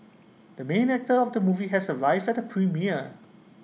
the main actor of the movie has arrived at the premiere